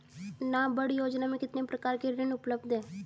नाबार्ड योजना में कितने प्रकार के ऋण उपलब्ध हैं?